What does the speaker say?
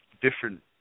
different